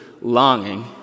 longing